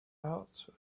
out